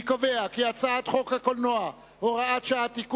אני קובע כי הצעת חוק הקולנוע (הוראת שעה) (תיקון),